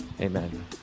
amen